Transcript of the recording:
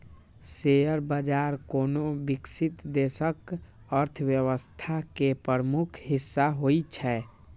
share बाजार कोनो विकसित देशक अर्थव्यवस्था के प्रमुख हिस्सा होइ छै